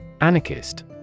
Anarchist